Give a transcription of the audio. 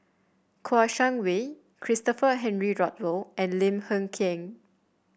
Kouo Shang Wei Christopher Henry Rothwell and Lim Hng Kiang